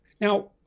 Now